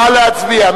נא להצביע.